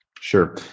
Sure